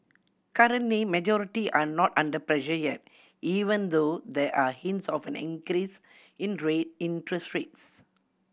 currently majority are not under pressure yet even though there are hints of an increase interest rates